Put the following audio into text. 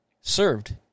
served